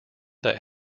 that